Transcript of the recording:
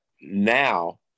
now